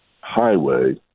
highway